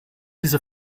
diese